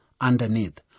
underneath